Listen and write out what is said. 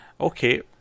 okay